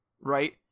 right